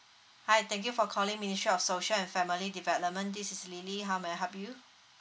hi thank you for calling ministry of social and family development this is lily how may I help you